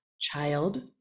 child